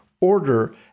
order